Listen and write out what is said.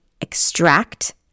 extract